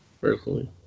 personally